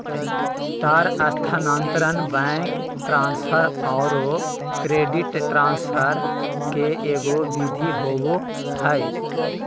तार स्थानांतरण, bank transfer औरो क्रेडिट ट्रांसफ़र के एगो विधि होबो हइ